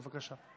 בבקשה.